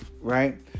right